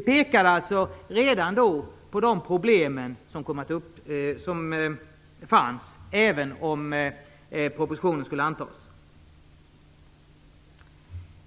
Vi pekade alltså redan då på de problem som fanns även om propositionen antogs.